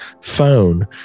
phone